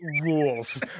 Rules